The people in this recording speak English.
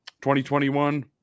2021